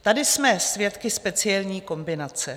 Tady jsme svědky speciální kombinace.